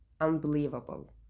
unbelievable